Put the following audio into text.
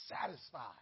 satisfied